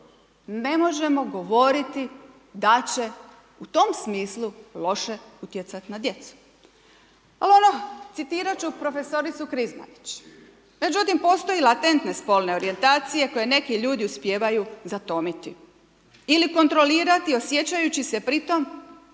ne možemo da će u tom smislu loše utjecat na djecu. Al ono citirat ću profesoricu Krizmanić, međutim postoje latentne spolne orijentacije koje neki ljudi uspijevaju zatomiti ili kontrolirati osjećajući se pritom,